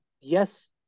yes